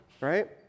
right